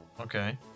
Okay